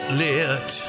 lit